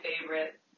favorite